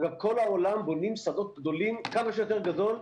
אגב, כל העולם בונים שדות גדולים, כמה שיותר גדול,